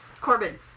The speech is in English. Corbin